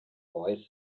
boy